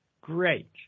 Great